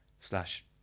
slash